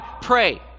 Pray